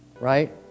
right